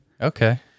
okay